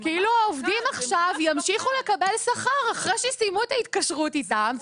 כאילו העובדים עכשיו ימשיכו לקבל שכר אחרי שסיימו את ההתקשרות איתם.